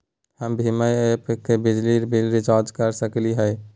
हम भीम ऐप से बिजली बिल रिचार्ज कर सकली हई?